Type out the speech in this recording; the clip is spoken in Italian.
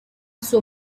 suo